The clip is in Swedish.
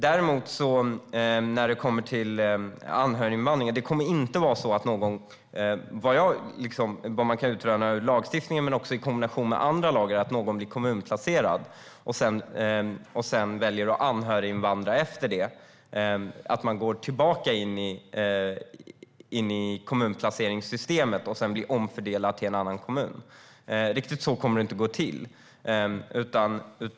När det gäller anhöriginvandringen kommer det inte - utifrån vad jag kan utröna av lagstiftningen, men också i kombination med andra lagar - att leda till att någon blir kommunplacerad och sedan kan välja att anhöriginvandra efter det. Det kommer inte att gå till riktigt på det sättet.